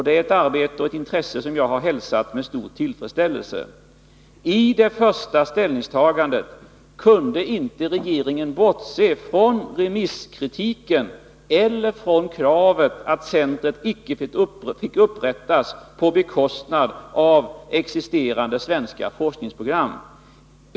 Det är ett arbete och ett intresse som jag har hälsat med stor tillfredsställelse. I det första ställningstagandet kunde regeringen inte bortse från remisskritiken eller från kravet att centret icke fick upprättas på bekostnad av existerande svenska forskningsprogram.